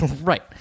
Right